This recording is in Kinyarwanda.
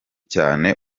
cyane